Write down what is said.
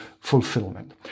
fulfillment